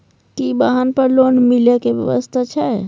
की वाहन पर लोन मिले के व्यवस्था छै?